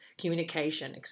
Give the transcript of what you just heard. communication